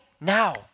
now